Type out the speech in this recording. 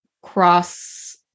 cross